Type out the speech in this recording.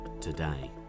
today